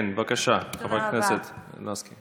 כן, בבקשה, חברת הכנסת לסקי.